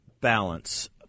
Balance